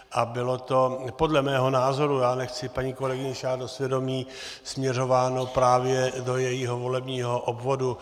A bylo to podle mého názoru, nechci paní kolegyni sahat do svědomí, směřováno právě do jejího volebního obvodu.